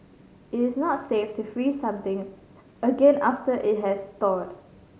it is not safe to freeze something again after it has thawed